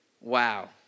Wow